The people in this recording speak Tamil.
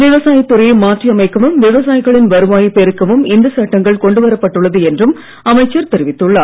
விவசாயத் துறையை மாற்றி அமைக்கவும் விவசாயிகளின் வருவாயை பெருக்கவும் இந்த சட்டங்கள் கொண்டு வரப்பட்டுள்ளது என்றும் அமைச்சர் தெரிவித்துள்ளார்